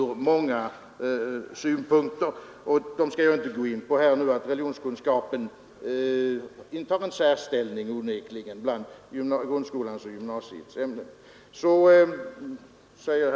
Religionskunskapen intar onekligen en särställning bland grundskolans och gymnasieskolans ämnen.